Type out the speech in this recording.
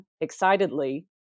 excitedly